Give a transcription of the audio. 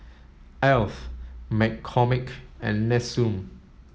Alf McCormick and Nestum